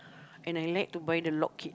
and I like to buy the log cake